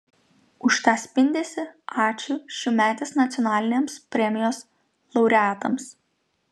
už tą spindesį ačiū šiųmetės nacionalinėms premijos laureatams